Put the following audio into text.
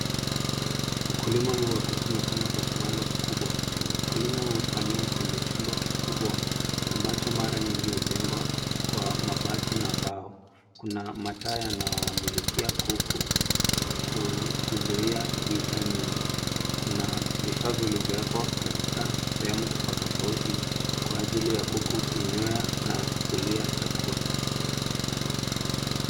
Ukulima huu wa kuku umefanywa kwa kiwango kikubwa, ukulima huu hufanyiwa kwenye chumba kikubwa ambacho mara nyingi hujengwa kwa mabati na mbao. Kuna mataa yanaowamulikia kuku kuzuia giza nyingi. Kuna vifaa vilivyowekwa katika sehemu tofauti, tofauti kwa ajili ya kuku kunywea na kulia chakula.